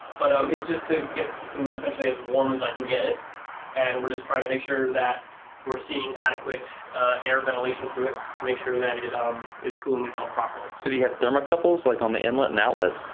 but um it's just to get the system and essentially as warm as i can get it and we're just trying to make sure that we're seeing adequate air ventilation through it to make sure that it it um is cooling itself properly. so do you have thermocouples like on the inlet and outlet?